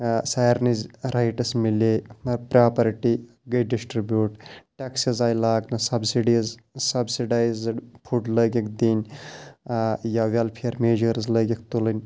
سارنٕز rights مِلے property گٔے distribute taxes آیہِ لاگنہٕ سَبسِڈیٖز سَبسِڈایزٕڈ فُڈ لٲگِکھ دِنۍ یا ویلفِیر میجٲرٕز لٲگِکھ تُلٕنۍ